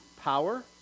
power